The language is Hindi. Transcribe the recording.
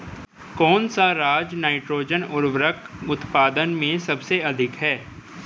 कौन सा राज नाइट्रोजन उर्वरक उत्पादन में सबसे अधिक है?